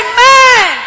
Amen